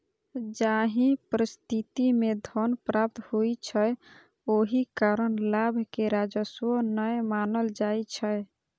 जाहि परिस्थिति मे धन प्राप्त होइ छै, ओहि कारण लाभ कें राजस्व नै मानल जाइ छै